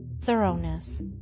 THOROUGHNESS